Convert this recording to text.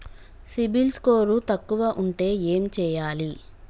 CIBIL score తక్కువ ఉంటే ఏం చేయాలి?